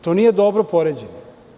To nije dobro poređenje.